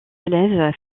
élèves